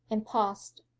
and paused.